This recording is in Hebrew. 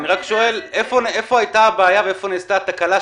אני רק שואל איפה הייתה הבעיה והיכן נעשתה התקלה,